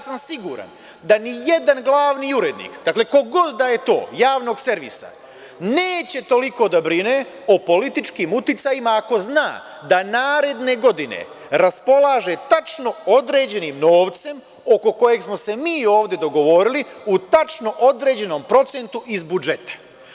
Siguran sam da nijedan glavni urednik, dakle ko god da je to, javnog servisa neće toliko da brine o političkim uticajima ako zna da naredne godine raspolaže tačno određenim novcem oko kojeg smo se mi ovde dogovorili u tačno određenom procentu iz budžeta.